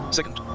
Second